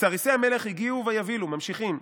"וסריסי המלך הגיעו ויבהלו", ממשיכים,